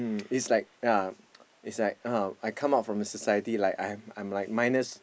is like yeah is like uh I come out to the society like I'm I'm like minus